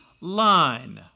line